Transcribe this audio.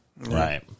Right